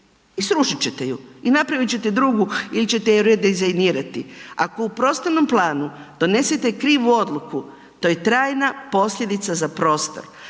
srušit ćete ju i napravit ćete drugu ili ćete ju redizajnirati. Ako u prostornom planu donesete krivu odluku, to je trajna posljedica za prostor.